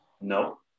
No